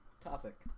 Topic